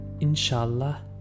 Inshallah